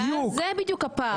זה בדיוק הפער.